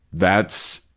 that's,